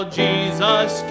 jesus